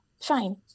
Fine